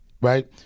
right